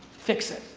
fix it.